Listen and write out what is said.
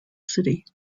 city